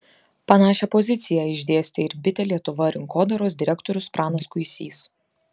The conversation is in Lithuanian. panašią poziciją išdėstė ir bitė lietuva rinkodaros direktorius pranas kuisys